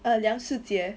err 梁世杰